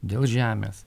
dėl žemės